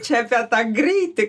čia apie tą greitį